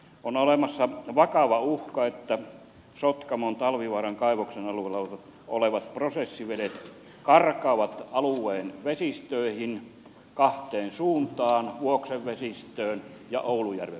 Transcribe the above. on olemassa vakava uhka että sotkamon talvivaaran kaivoksen alueella olevat prosessivedet karkaavat alueen vesistöihin kahteen suuntaan vuoksen vesistöön ja oulujärven vesistöön